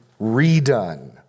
redone